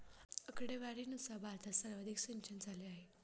आकडेवारीनुसार भारतात सर्वाधिक सिंचनझाले आहे